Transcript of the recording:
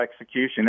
execution